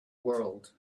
world